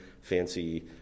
fancy